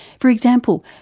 for example,